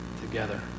together